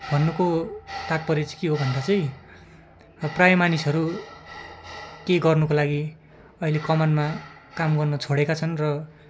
भन्नुको तात्पर्य चाहिँ के हो भन्दा चाहिँ अब प्रायः मानिसहरू केही गर्नको लागि अहिले कमानमा काम गर्न छोडेका छन् र